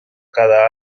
cada